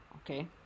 Okay